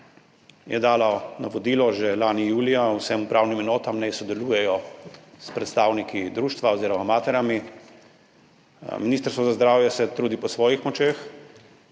je dalo navodilo že lani julija vsem upravnim enotam, naj sodelujejo s predstavniki društva oziroma materami. Ministrstvo za zdravje se trudi po svojih močeh.